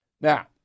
Now